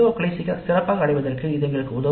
க்களை சிறப்பாக அடைவதற்கு இது எங்களுக்கு உதவும்